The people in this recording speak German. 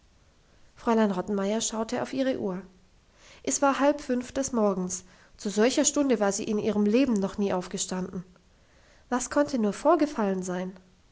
fräulein rottenmeier schaute auf ihre uhr es war halb fünf des morgens zu solcher stunde war sie in ihrem leben noch nie aufgestanden was konnte nur vorgefallen sein